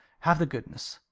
have the goodness!